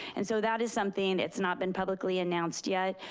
and so that is something, it's not been publicly announced yet,